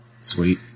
Sweet